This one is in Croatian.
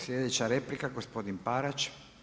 Sljedeća replika, gospodin Parić.